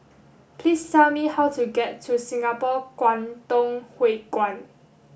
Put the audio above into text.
please tell me how to get to Singapore Kwangtung Hui Kuan